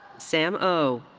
sam oh.